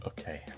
Okay